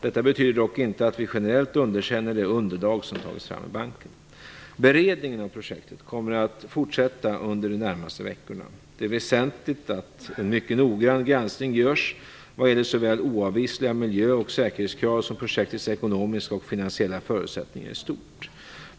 Detta betyder dock inte att vi generellt underkänner det underlag som tagits fram i banken. Beredningen av projektet kommer att fortsätta under de närmaste veckorna. Det är väsentligt att en mycket noggrann granskning görs vad gäller såväl oavvisliga miljö och säkerhetskrav som projektets ekonomiska och finansiella förutsättningar i stort.